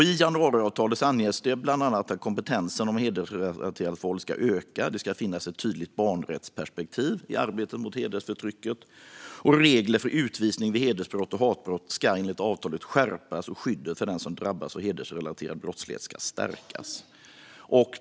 I januariavtalet anges bland annat att kompetensen om hedersrelaterat våld ska öka och att det ska finnas ett tydligt barnrättsperspektiv i arbetet mot hedersförtrycket. Reglerna för utvisning vid hedersbrott och hatbrott ska enligt avtalet skärpas, och skyddet för den som drabbas av hedersrelaterad brottslighet ska stärkas.